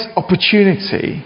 opportunity